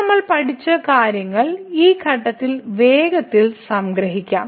ഇന്ന് നമ്മൾ പഠിച്ച കാര്യങ്ങൾ ഈ ഘട്ടത്തിൽ വേഗത്തിൽ സംഗ്രഹിക്കാം